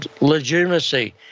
legitimacy